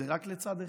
זה רק לצד אחד?